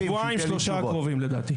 בשבועיים-שלושה הקרובים לדעתי.